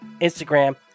Instagram